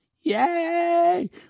Yay